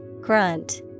Grunt